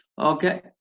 Okay